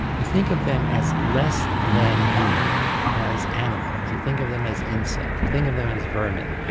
you think of them as less than human as animals you think of them as insects, you think of them as vermin.